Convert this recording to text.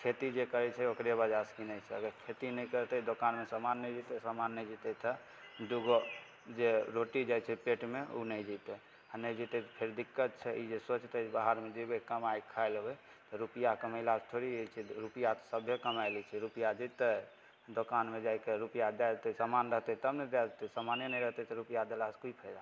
खेती जे करय छै ओकरे वजहसँ कीनय छै अगर खेती नहि करतइ दोकानमे सँ सामान नहि जेतय समान नहि जेतय तऽ दू गो जे रोटी जाइ छै पेटमे उ नहि जेतय आओर नै जेतय तऽ फेर दिक्कत छै ई जे सोचतइ जे बाहरमे जेबय कमाय खाइ लेबय तऽ रूपैआ कमेलासँ थोड़ी हइ छै रुपैआ तऽ सभे कमाइ लै छै रुपैआ जेतय दोकानमे जाइके रुपैआ दए देतय सामान रहतइ तब ने दए देतय सामान सामाने नहि रहतइ तऽ रुपैआ देलासँ की फायदा